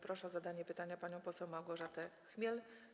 Proszę o zadanie pytania panią poseł Małgorzatę Chmiel.